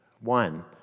One